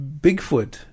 Bigfoot